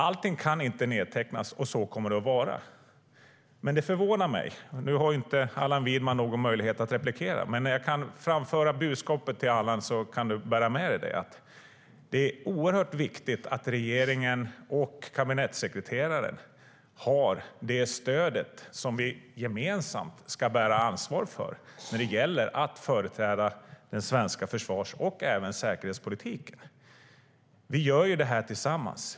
Allting kan inte nedtecknas, och så kommer det att vara. Nu har inte Allan Widman någon möjlighet att kommentera detta, men jag kan framföra budskapet till dig, Allan, så att du kan bära med dig det: Det är oerhört viktigt att regeringen och kabinettssekreteraren har det stöd som vi gemensamt ska bära ansvar för när det gäller att företräda den svenska försvars och även säkerhetspolitiken. Vi gör ju det här tillsammans.